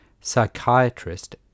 Psychiatrist